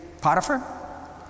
Potiphar